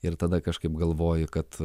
ir tada kažkaip galvoji kad